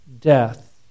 death